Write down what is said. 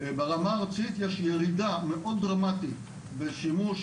ברמה הארצית יש ירידה מאוד דרמטית בשימוש